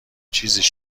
چیزیش